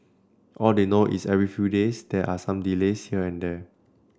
all they know is every few days there are some delays here and there